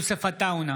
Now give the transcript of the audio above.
נגד יוסף עטאונה,